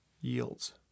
yields